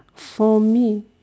for me